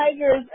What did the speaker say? Tigers